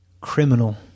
Criminal